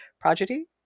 prodigy